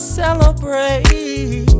celebrate